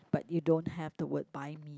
but you don't have the word buy me